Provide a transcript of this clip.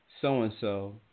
so-and-so